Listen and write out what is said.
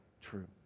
true